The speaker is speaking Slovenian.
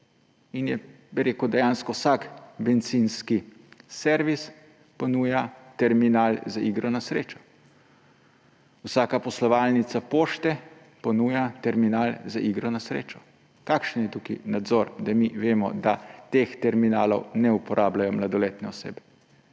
kraju. Je. In dejansko vsak bencinski servis ponuja terminal za igro na srečo. Vsaka poslovalnica pošte ponuja terminal za igro na srečo. Kakšen je tukaj nadzor, da mi vemo, da teh terminalov ne uporabljajo mladoletne osebe?